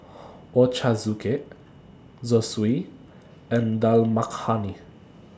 Ochazuke Zosui and Dal Makhani